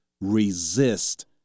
resist